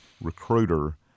recruiter